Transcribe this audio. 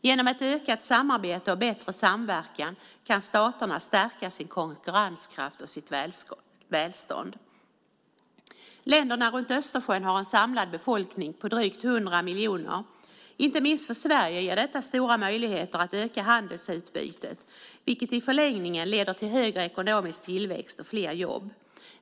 Genom ett ökat samarbete och bättre samverkan kan staterna stärka sin konkurrenskraft och sitt välstånd. Länderna runt Östersjön har en samlad befolkning på drygt 100 miljoner. Inte minst för Sverige ger detta stora möjligheter att öka handelsutbytet, vilket i förlängningen leder till större ekonomisk tillväxt och fler jobb.